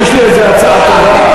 אני, יש לי איזו הצעה טובה.